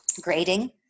grading